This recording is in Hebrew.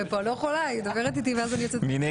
13, מי בעד?